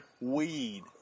weed